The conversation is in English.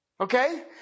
Okay